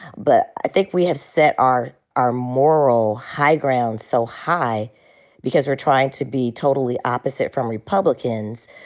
but i think we have set our our moral high ground so high because we're trying to be totally opposite from republicans,